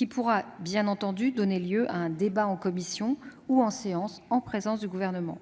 Il pourra bien entendu donner lieu à un débat en commission ou en séance, en présence du Gouvernement.